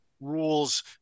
rules